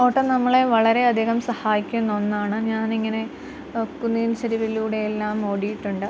ഓട്ടം നമ്മളെ വളരെ അധികം സഹായിക്കുന്ന ഒന്നാണ് ഞാനിങ്ങനെ കുന്നിൻ ചെരിവിലൂടെയെല്ലാം ഓടിയിട്ടുണ്ട്